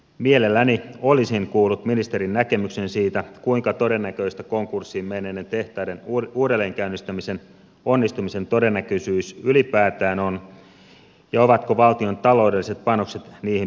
mielelläni olisin kuullut ministerin näkemyksen siitä kuinka todennäköistä konkurssiin menneiden tehtaiden uudelleenkäynnistämisen onnistumisen todennäköisyys ylipäätään on ja ovatko valtion taloudelliset panokset niihin perusteltuja